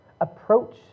Approach